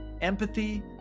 empathy